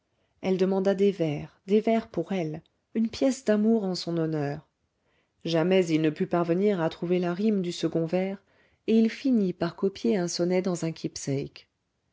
elle demanda des vers des vers pour elle une pièce d'amour en son honneur jamais il ne put parvenir à trouver la rime du second vers et il finit par copier un sonnet dans un keepsake